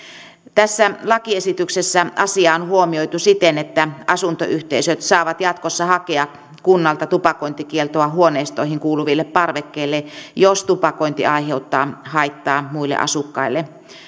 tässä lakiesityksessä asia on huomioitu siten että asuntoyhteisöt saavat jatkossa hakea kunnalta tupakointikieltoa huoneistoihin kuuluville parvekkeille jos tupakointi aiheuttaa haittaa muille asukkaille